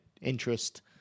interest